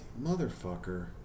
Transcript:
motherfucker